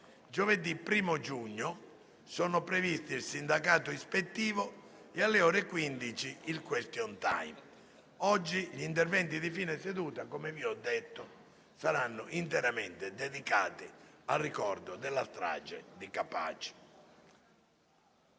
Giovedì, 1° giugno, sono previsti il sindacato ispettivo e, alle ore 15, il *question time*. Oggi lo spazio degli interventi di fine seduta, come già anticipato, sarà interamente dedicato al ricordo della strage di Capaci.